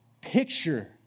picture